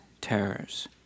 terrors